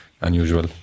unusual